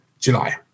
July